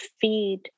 feed